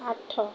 ଆଠ